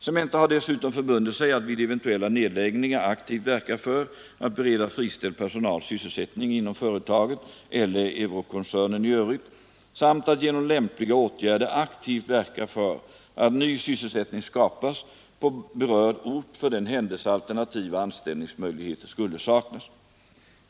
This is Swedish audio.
Cementa har dessutom förbundit sig att vid eventuella nedläggningar aktivt verka för att bereda friställd personal sysselsättning inom företaget eller Eurockoncernen i övrigt samt att genom lämpliga åtgärder aktivt verka för att ny sysselsättning skapas på berörd ort för den händelse alternativa anställningsmöjligheter skulle saknas.